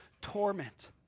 torment